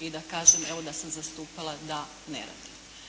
i da kažem evo da sam zastupala da ne rade.